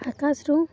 ଆକାଶରୁୁ